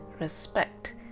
respect